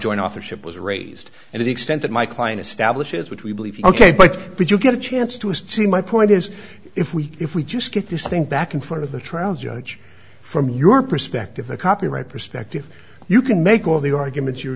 authorship was raised and the extent that my client establishes which we believe ok but would you get a chance to see my point is if we if we just get this thing back in front of the trial judge from your perspective the copyright perspective you can make all the arguments you